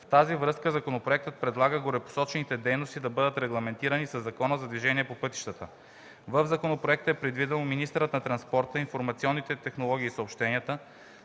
В тази връзка законопроектът предлага горепосочените дейности да бъдат регламентирани със Закона за движението по пътищата. В законопроекта е предвидено министърът на транспорта, информационните технологии и съобщенията